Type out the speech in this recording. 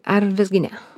ar visgi ne